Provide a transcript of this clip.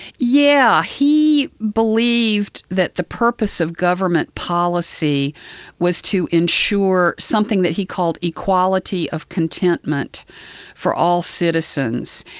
yeah he believed that the purpose of government policy was to ensure something that he called equality of contentment for all citizens.